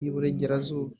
y’iburengerazuba